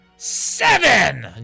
Seven